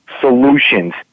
solutions